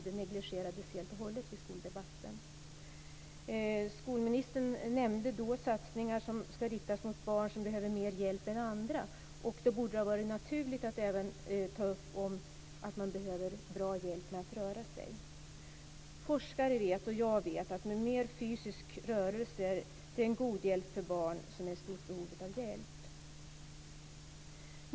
Det negligerades helt och hållet. Skolministern nämnde satsningar som riktas mot barn som behöver mer hjälp än andra. Då borde det ha varit naturligt att även nämna att man behöver hjälp med att röra sig. Forskare vet, och jag vet, att mer fysisk rörelse är en god hjälp för barn som är i stort behov av hjälp.